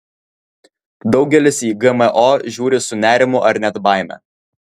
daugelis į gmo žiūri su nerimu ar net baime